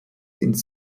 ins